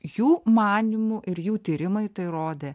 jų manymu ir jų tyrimai tai rodė